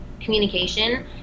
communication